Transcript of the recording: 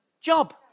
job